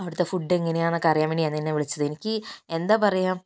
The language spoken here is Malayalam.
അവിടത്തെ ഫുഡ് എങ്ങനെയാന്നൊക്കെ അറിയാൻ വേണ്ടിയാണ് ഞാൻ നിന്നെ വിളിച്ചത് എനിക്ക് എന്താ പറയുക